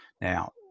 Now